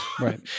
right